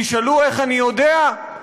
תשאלו איך אני יודע?